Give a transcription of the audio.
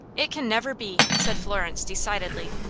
it can never be! said florence, decidedly.